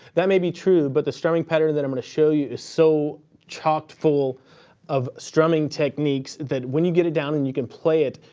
that may be true but the strumming pattern that i'm gonna show you is so chock-full of strumming techniques that when you get it down and you can play it,